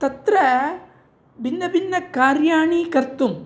तत्र भिन्न भिन्न कार्याणि कर्तुं